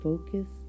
Focus